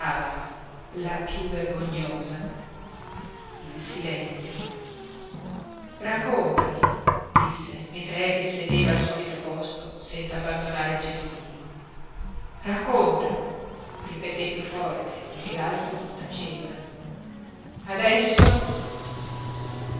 la piú vergognosa il silenzio raccontami disse mentre efix sedeva al solito posto senza abbandonare il cestino racconta ripeté piú forte poiché l'altro taceva adesso